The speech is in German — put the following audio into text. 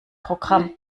programm